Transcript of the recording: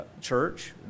Church